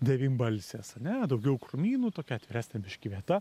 devynbalsės ane daugiau krūmynų tokia atviresnė biškį vieta